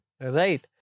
Right